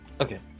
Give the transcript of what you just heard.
Okay